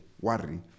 worry